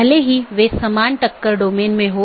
ये IBGP हैं और बहार वाले EBGP हैं